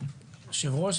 אדוני היושב-ראש,